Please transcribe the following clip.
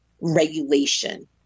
regulation